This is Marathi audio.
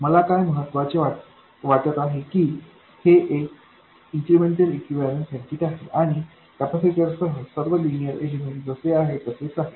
मला काय महत्त्वाचे वाटत आहे की हे एक इन्क्रिमेंटल इक्विवैलन्ट सर्किट आहे आणि कॅपेसिटरसह सर्व लिनियर एलिमेंट जसे आहे तसेच आहेत